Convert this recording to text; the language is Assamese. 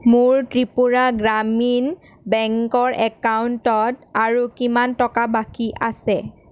মোৰ ত্ৰিপুৰা গ্ৰামীণ বেংকৰ একাউণ্টত আৰু কিমান টকা বাকী আছে